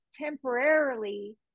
temporarily